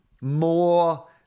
more